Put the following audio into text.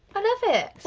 i love it,